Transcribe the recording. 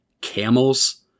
camels